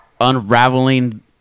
unraveling